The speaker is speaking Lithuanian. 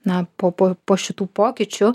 na po po po šitų pokyčių